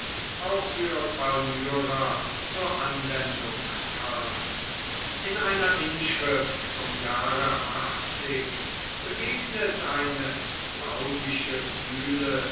auch für palmyra zur anwendung kamen in einer inschrift vom jahre begegnet eine claudische